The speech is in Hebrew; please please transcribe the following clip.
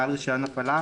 בעל רישיון הפעלה,